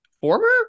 former